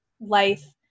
life